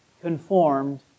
conformed